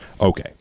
okay